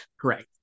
correct